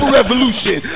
revolution